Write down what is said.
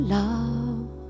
love